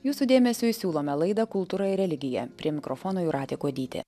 jūsų dėmesiui siūlome laidą kultūra ir religija prie mikrofono jūratė kuodytė